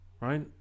right